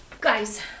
Guys